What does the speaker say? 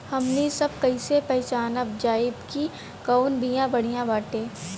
हमनी सभ कईसे पहचानब जाइब की कवन बिया बढ़ियां बाटे?